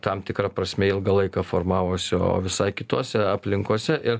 tam tikra prasme ilgą laiką formavusi o visai kitose aplinkose ir